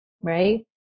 right